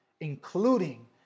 including